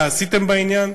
מה עשיתם בעניין?